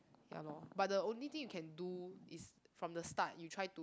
ya lor but the only thing you can do is from the start you try to